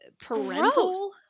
parental